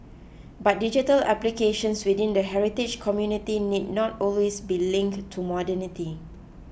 but digital applications within the heritage community need not always be linked to modernity